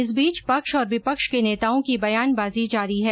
इस बीच पक्ष और विपक्ष के नेताओं की बयानबाजी जारी है